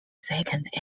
second